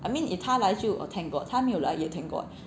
I mean if 他来就 oh thank god if 他没有来也 thank god